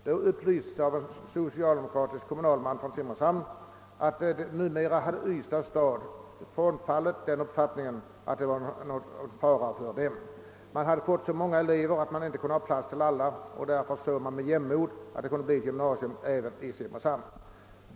Då upplystes av en socialdemokratisk kommunalman från Simrishamn att Ystads stad numera hade frångått denna uppfattning; man hade där fått så många elever att man inte hade plats för alla, och därför skulle man med jämnmod se att det inrättades ett gymnasium även i Simrishamn.